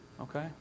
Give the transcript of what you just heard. Okay